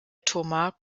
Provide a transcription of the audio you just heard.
thomas